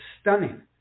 stunning